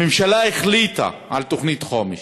הממשלה החליטה על תוכנית חומש,